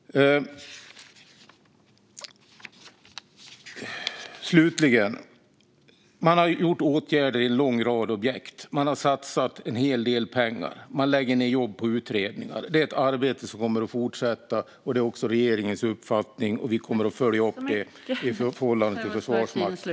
Slutligen: Man har gjort åtgärder i en lång rad objekt, och man har satsat en hel del pengar. Man lägger ned jobb på utredningar. Det är ett arbete som kommer att fortsätta, och det är också regeringens uppfattning. Vi kommer att följa upp det i förhållande till Försvarsmakten.